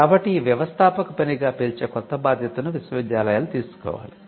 కాబట్టి ఈ 'వ్యవస్థాపక పనిగా' పిలిచే కొత్త బాధ్యతని విశ్వవిద్యాలయాలు తీసుకోవాలి